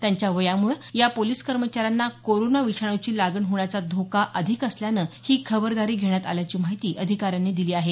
त्यांच्या वयामुळे या पोलिस कर्मचाऱ्यांना कोरोना विषाणूची लागण होण्याचा धोका अधिक असल्यानं ही खबरदारी घेण्यात आल्याची माहिती अधिकाऱ्यांनी दिली आहे